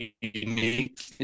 unique